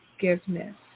forgiveness